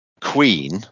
queen